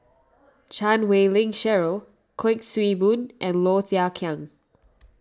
Chan Wei Ling Cheryl Kuik Swee Boon and Low Thia Khiang